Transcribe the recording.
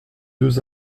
deux